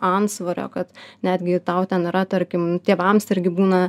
antsvorio kad netgi tau ten yra tarkim tėvams irgi būna